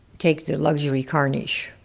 take the luxury car niche.